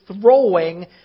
throwing